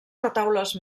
retaules